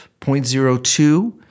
0.02